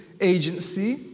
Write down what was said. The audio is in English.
agency